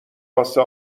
واسه